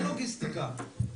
אין לוגיסטיקה,